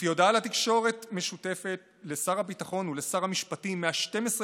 לפי הודעה משותפת לתקשורת של שר הביטחון ושר המשפטים מ-12 ביוני,